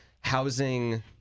housing